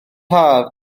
haf